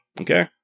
Okay